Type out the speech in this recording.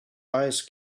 ice